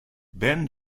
ben